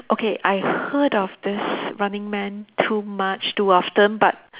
okay I've heard of this running man too much too often but